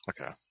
Okay